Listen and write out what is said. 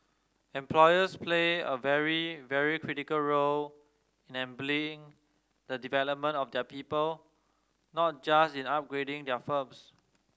employers play a very very critical role in enabling the development of their people not just in upgrading their firms